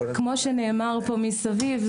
כמו שנאמר פה מסביב,